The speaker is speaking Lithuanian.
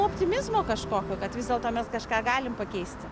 optimizmo kažkokio kad vis dėlto mes kažką galim pakeisti